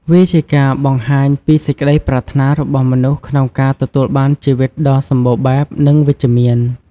វាជាការបង្ហាញពី សេចក្តីប្រាថ្នារបស់មនុស្សក្នុងការទទួលបានជីវិតដ៏សម្បូរបែប និងវិជ្ជមាន។